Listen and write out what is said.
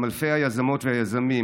גם אלפי היזמות והיזמים,